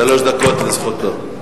שלוש דקות לזכותו.